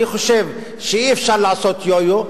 אני חושב שאי-אפשר לעשות יו-יו,